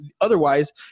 otherwise